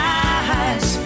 eyes